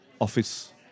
Office